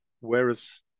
Whereas